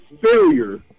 failure